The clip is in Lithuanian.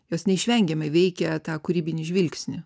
jos neišvengiamai veikia tą kūrybinį žvilgsnį